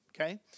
okay